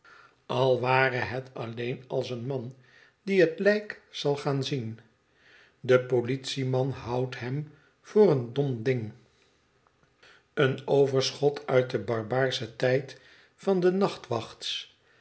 al ware het alleen als een man die het lijk zal gaan zien de politieman houdt hem voor een dom ding een overschot uit den barbaarschen tijd van de